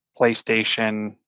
PlayStation